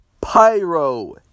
pyro